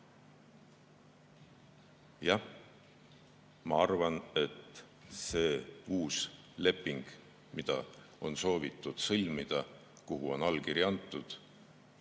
ma arvan, et see uus leping, mis on soovitud sõlmida ja kuhu on allkiri antud,